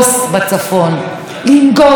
לנגוס בפריפריה.